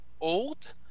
old